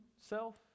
self